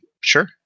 sure